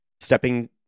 stepping